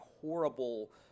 horrible